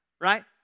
right